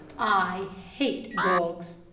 i hate dogs.